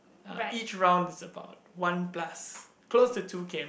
uh each round is about one plus close to two K_M